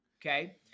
Okay